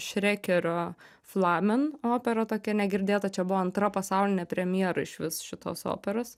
šrėkerio flammen opera tokia negirdėta čia buvo antra pasaulinė premjera išvis šitos operos